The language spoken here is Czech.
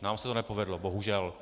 Nám se to nepovedlo, bohužel.